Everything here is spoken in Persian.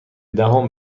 دهم